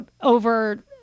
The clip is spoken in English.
over